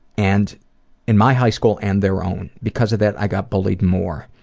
and in my high school and their own. because of that, i got bullied more.